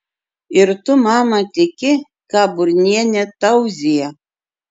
ir tu mama tiki ką burnienė tauzija